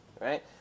right